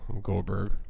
Goldberg